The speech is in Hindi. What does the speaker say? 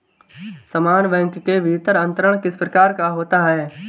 समान बैंक के भीतर अंतरण किस प्रकार का होता है?